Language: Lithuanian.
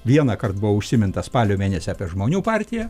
vienąkart buvo užsiminta spalio mėnesį apie žmonių partiją